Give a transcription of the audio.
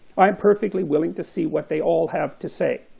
i am perfectly willing to see what they all have to say.